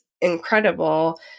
incredible